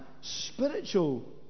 spiritual